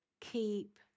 keep